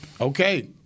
okay